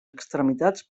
extremitats